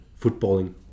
footballing